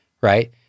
right